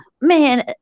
man